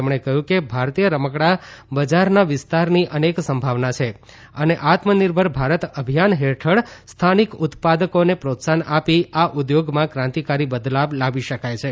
તેમણે કહ્યું કે ભારતીય રમકડાં બજારના વિસ્તારની અનેક સંભાવના છે અને આત્મનિર્ભર ભારત અભિયાન હેઠળ સ્થાનિક ઉત્પાદકોને પ્રોત્સાહન આપી આ ઉદ્યોગમાં ક્રાંતિકારી બદલાવ લાવી શકાય છે